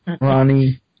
Ronnie